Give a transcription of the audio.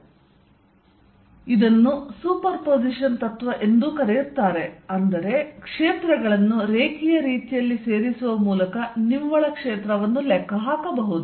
Fnet14π0qQiri3ri ಇದನ್ನು ಸೂಪರ್ಪೋಸಿಷನ್ ತತ್ವ ಎಂದೂ ಕರೆಯುತ್ತಾರೆ ಅಂದರೆ ಕ್ಷೇತ್ರಗಳನ್ನು ರೇಖೀಯ ರೀತಿಯಲ್ಲಿ ಸೇರಿಸುವ ಮೂಲಕ ನಿವ್ವಳ ಕ್ಷೇತ್ರವನ್ನು ಲೆಕ್ಕಹಾಕಬಹುದು